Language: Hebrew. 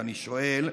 ואני שואל,